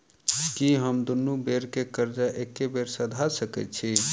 की हम दुनू बेर केँ कर्जा एके बेर सधा सकैत छी?